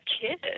kid